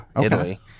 Italy